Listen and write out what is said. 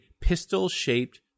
pistol-shaped